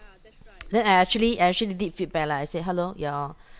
then I actually I actually did feedback lah I said hello you're